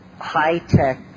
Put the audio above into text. high-tech